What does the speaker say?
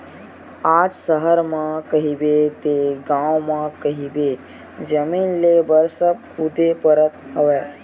आज सहर म कहिबे ते गाँव म कहिबे जमीन लेय बर सब कुदे परत हवय